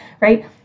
right